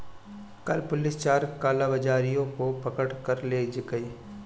कल पुलिस चार कालाबाजारियों को पकड़ कर ले गए